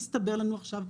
מסתבר לנו עכשיו,